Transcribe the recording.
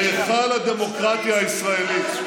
היכל הדמוקרטיה הישראלית,